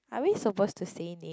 are we suppose to say name